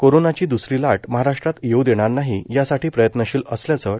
कोरोनाची द्सरी लाट महाराष्ट्रात येऊ देणार नाही यासाठी प्रयत्नशील असल्याचे श्री